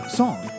song